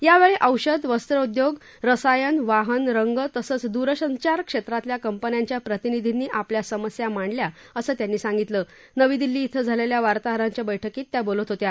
यावेळी औषध वस्त्रउद्योग रसायनवाहन रंग तसंच दूरसंचार क्षेत्रातल्या कपन्यांच्या प्रतिनिधींनी आपल्या समस्या मांडल्या असं त्यांनी सांगितलं नवी दिल्ली श्विं झालेल्या वार्ताहरांच्या बैठकीत त्या बोलत होत्या